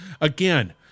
Again